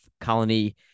Colony